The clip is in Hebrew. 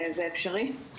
זה אפשרי?